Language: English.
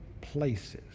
places